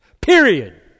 period